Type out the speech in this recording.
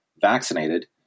vaccinated